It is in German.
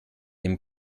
dem